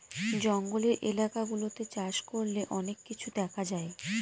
জঙ্গলের এলাকা গুলাতে চাষ করলে অনেক কিছু দেখা যায়